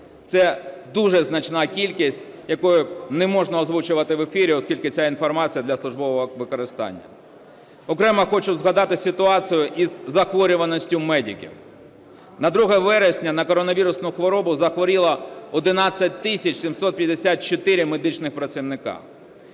Це дуже значна кількість, яку не можна озвучувати в ефірі, оскільки ця інформація для службового використання. Окремо хочу згадати ситуацію із захворюваністю медиків. На 2 вересня на коронавірусну хворобу захворіло 11 тисяч 754 медичних працівників,